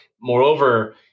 Moreover